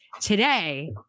today